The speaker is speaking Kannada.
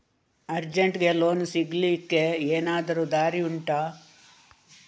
ಅರ್ಜೆಂಟ್ಗೆ ಲೋನ್ ಸಿಗ್ಲಿಕ್ಕೆ ಎನಾದರೂ ದಾರಿ ಉಂಟಾ